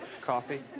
Coffee